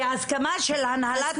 בהסכמה של הנהלת האוניברסיטה?